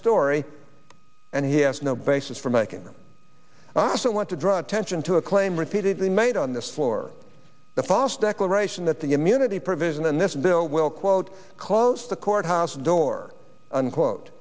story and he has no basis for making them also want to draw attention to a claim repeatedly made on this floor the fos declaration that the immunity provision in this bill will quote close the courthouse door unquote